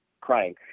crying